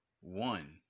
one